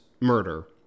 murder